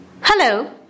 Hello